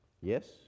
Yes